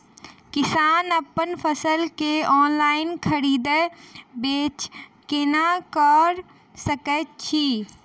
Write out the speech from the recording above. किसान अप्पन फसल केँ ऑनलाइन खरीदै बेच केना कऽ सकैत अछि?